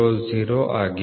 000 ಆಗಿದೆ